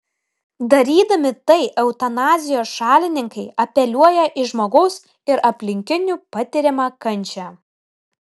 darydami tai eutanazijos šalininkai apeliuoja į žmogaus ir aplinkinių patiriamą kančią